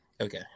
Okay